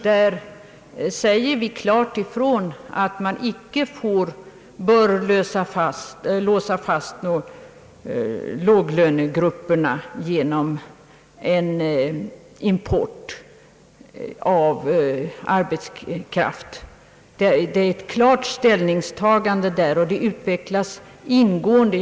Där säger vi klart ifrån att man inte får låsa fast låglönegrupperna genom en import av arbetskraft. Det görs i betänkandet ett klart ställningstagande.